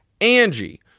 Angie